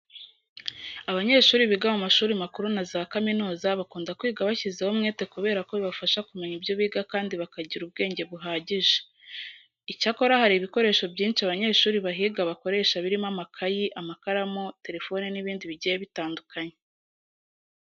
Abanyeshuri biga mu mashuri makuru na za kaminuza bakunda kwiga bashyizeho umwete kubera ko bibafasha kumenya ibyo biga kandi bakagira ubwenge buhagije. Icyakora hari ibikoresho byinshi abanyeshuri bahiga bakoresha birimo amakayi, amakaramu, telefone n'ibindi bigiye bitandukanye.